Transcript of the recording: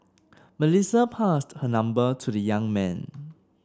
Melissa passed her number to the young man